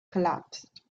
collapsed